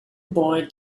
boy